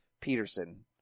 Peterson